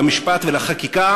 למשפט ולחקיקה